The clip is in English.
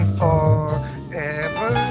forever